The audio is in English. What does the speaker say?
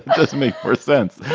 does make more sense.